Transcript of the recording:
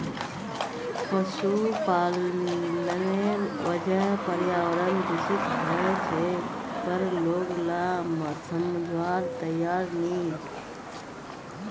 पशुपालनेर वजह पर्यावरण दूषित ह छेक पर लोग ला समझवार तैयार नी